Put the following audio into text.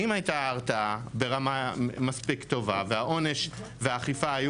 אם הייתה הרתעה ברמה מספיק טובה והעונש והאכיפה היו